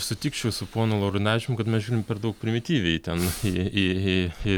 sutikčiau su ponu laurinavičium kad mes žiūrim per daug primityviai ten į į į į